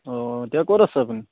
অঁ এতিয়া ক'ত আছে আপুনি